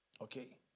Okay